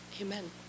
Amen